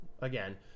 again